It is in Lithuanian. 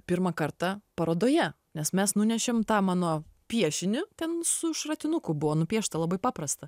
pirmą kartą parodoje nes mes nunešėm tą mano piešinį ten su šratinuku buvo nupiešta labai paprasta